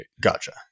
gotcha